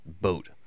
boat